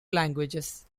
languages